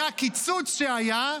מהקיצוץ שהיה,